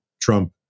Trump